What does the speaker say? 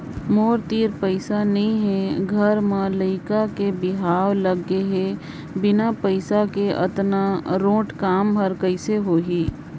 मोर तीर पइसा नइ हे घर म लइका के बिहाव लग गे हे बिना पइसा के अतना रोंट काम हर कइसे होही